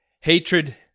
hatred